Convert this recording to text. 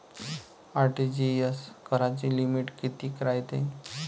RTGS कराची limit कितीक रायते?